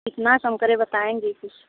कितना कम करें बताएँगी कुछ